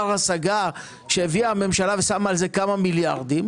השגה שהביאה הממשלה ושמה על זה כמה מיליארדים.